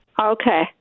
okay